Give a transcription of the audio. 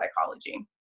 psychology